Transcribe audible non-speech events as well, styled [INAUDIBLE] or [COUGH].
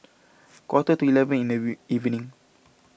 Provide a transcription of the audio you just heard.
quarter to eleven in the [UNINTELLIGIBLE] evening